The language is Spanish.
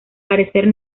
parecer